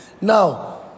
Now